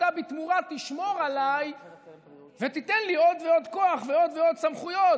אתה בתמורה תשמור עליי ותיתן לי עוד ועוד כוח ועוד ועוד סמכויות,